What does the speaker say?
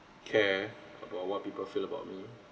care about what people feel about me